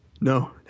No